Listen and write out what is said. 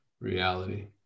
reality